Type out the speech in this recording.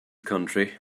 country